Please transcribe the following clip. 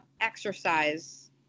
exercise